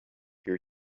your